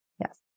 Yes